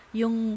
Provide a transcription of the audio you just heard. yung